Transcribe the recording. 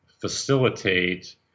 facilitate